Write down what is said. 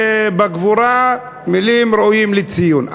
שבגבורה, מילים ראויות לציון.